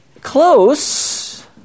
Close